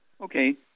Okay